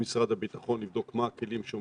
את הבריאות שלכם וגם את הבריאות של מי שבא